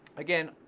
again,